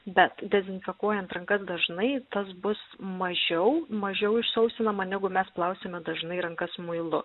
bet dezinfekuojant rankas dažnai tas bus mažiau mažiau išsausinama negu mes plausime dažnai rankas muilu